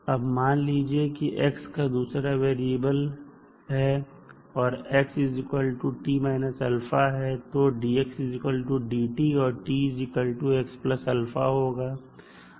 अब मान लीजिए कि x एक दूसरा वेरिएबल है जो x t − a है तब dx dt और t x a होगा